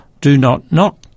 do-not-knock